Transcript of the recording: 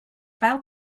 fel